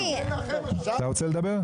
אתה רוצה לדבר?